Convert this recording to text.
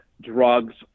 drugs